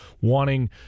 wanting